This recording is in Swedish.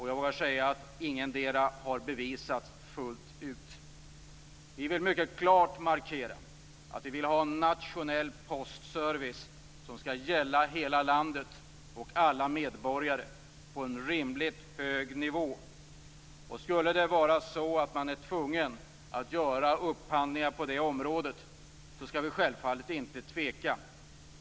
Jag vågar säga att ingetdera har bevisats fullt ut. Vi vill mycket klart markera att vi vill ha en nationell postservice som skall gälla hela landet och alla medborgare på en rimligt hög nivå. Skulle det vara så att man är tvungen att göra upphandlingar på det området skall vi självfallet inte tveka.